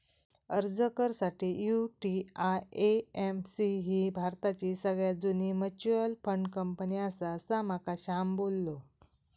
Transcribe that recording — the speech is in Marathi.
अर्ज कर साठी, यु.टी.आय.ए.एम.सी ही भारताची सगळ्यात जुनी मच्युअल फंड कंपनी आसा, असा माका श्याम बोललो